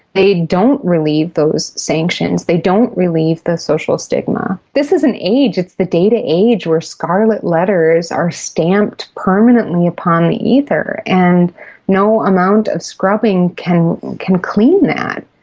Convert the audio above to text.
they don't relieve those sanctions, they don't relieve the social stigma. this is an age, it's the data age, where scarlet letters are stamped permanently upon the ether, and no amount of scrubbing can can clean that.